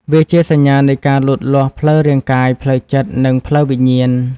វាជាសញ្ញានៃការលូតលាស់ផ្លូវរាងកាយ ផ្លូវចិត្ត និងផ្លូវវិញ្ញាណ។